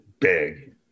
big